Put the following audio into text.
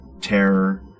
Terror